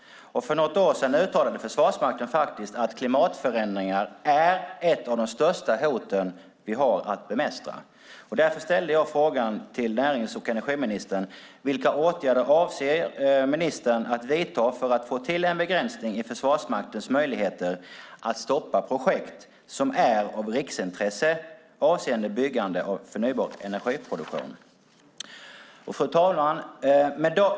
För något år sedan uttalade Försvarsmakten att klimatförändringar är ett av de största hoten vi har att bemästra. Därför frågade jag närings och energiministern: "Vilka åtgärder avser närings och energiministern att vidta för att få till en begränsning i Försvarsmaktens möjligheter att stoppa projekt som är av riksintresse avseende byggande av förnybar energiproduktion?" Fru talman!